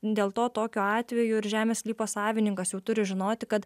dėl to tokiu atveju ir žemės sklypo savininkas jau turi žinoti kad